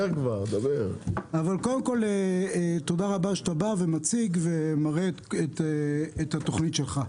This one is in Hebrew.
תודה רבה שאתה בא ומציג ומראה את התוכנית שלך.